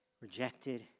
rejected